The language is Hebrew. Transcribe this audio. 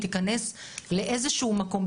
תיכנס לאיזשהו מקום,